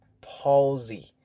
palsy